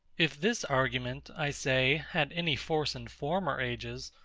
if this argument, i say, had any force in former ages,